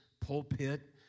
pulpit